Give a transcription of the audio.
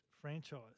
franchise